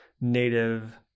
native